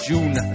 June